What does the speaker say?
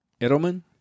edelman